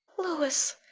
louis!